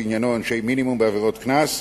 שעניינו עונשי מינימום בעבירות קנס.